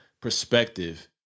perspective